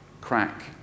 crack